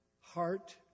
heart